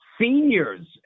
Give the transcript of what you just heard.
seniors